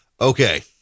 Okay